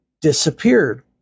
disappeared